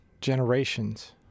generations